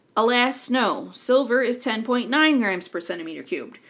alas, no. silver is ten point nine grams per centimeter cubed.